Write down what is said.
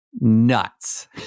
nuts